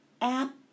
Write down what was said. app